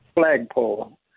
flagpole